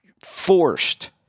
forced